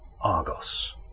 Argos